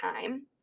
time